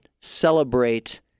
celebrate